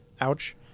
Ouch